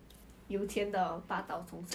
okay